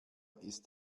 ist